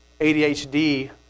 ADHD